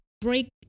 break